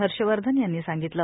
हर्षवर्धन यांनी सांगितलं